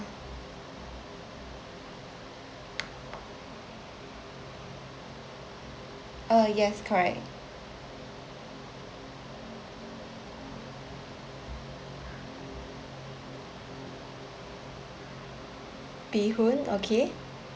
uh yes correct beehoon okay